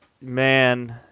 man